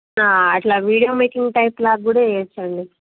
అలా video making type లాగా కూడా చెయ్యచ్చు అండి